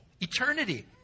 Eternity